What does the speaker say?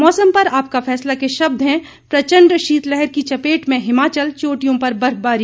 मौसम पर आपका फैसला के शब्द है प्रचंड शीतलहर की चपेट में हिमाचल चोटियों पर बर्फबारी